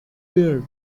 paired